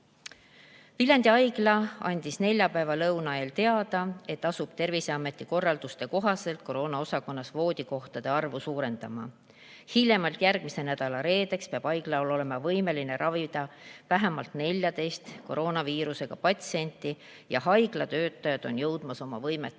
"Viljandi haigla andis neljapäeva lõuna ajal teada, et asub terviseameti korralduste kohaselt koroonaosakonnas voodikohtade arvu suurendama. Hiljemalt järgmise nädala reedeks peab haigla olema võimeline ravima vähemalt 14 koroonaviirusega patsienti ja haigla töötajad on jõudmas oma võimete